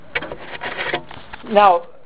Now